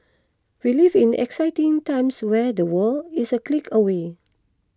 we live in exciting times where the world is a click away